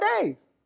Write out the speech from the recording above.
days